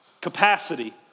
Capacity